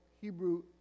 Hebrew